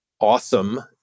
awesome